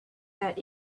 that